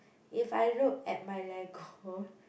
if I look at my Lego